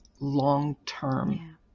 long-term